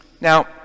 Now